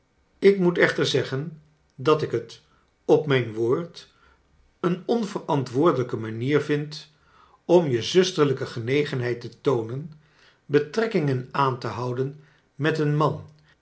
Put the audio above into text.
ik moet echter zeggen dat ik het op mijn woord een onverantwoorlijke manier vind om je zusterlijke genegenheid te toonen betrekkingen aan te houden met een man